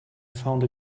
found